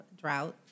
drought